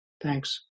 Thanks